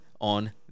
on